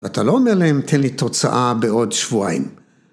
‫ואתה לא אומר להם, ‫תן לי תוצאה בעוד שבועיים.